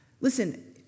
listen